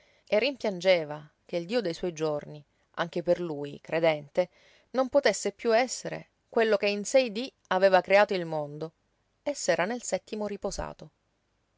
e rimpiangeva che il dio dei suoi giorni anche per lui credente non potesse piú esser quello che in sei dí aveva creato il mondo e s'era nel settimo riposato